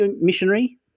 missionary